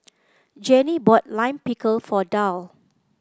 Janie bought Lime Pickle for Darl